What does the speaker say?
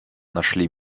нашли